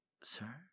sir